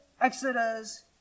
Exodus